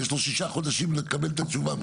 יש לו ששה חודשים לקבל את התשובה.